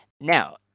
Now